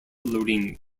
loading